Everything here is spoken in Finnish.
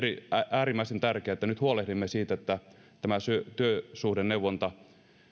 äärimmäisen tärkeää että nyt huolehdimme siitä että tätä työsuhdeneuvontaa